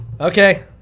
Okay